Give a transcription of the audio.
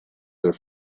their